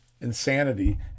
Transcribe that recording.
insanity